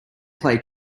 play